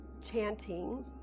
chanting